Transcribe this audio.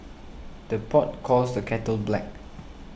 the pot calls the kettle black